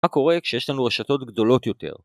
‫מה קורה כשיש לנו רשתות גדולות יותר.